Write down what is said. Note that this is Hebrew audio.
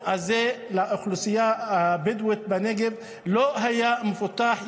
הזה לאוכלוסייה הבדואית בנגב לא היה מפותח.